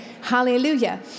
hallelujah